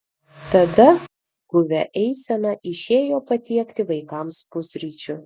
tada guvia eisena išėjo patiekti vaikams pusryčių